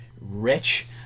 rich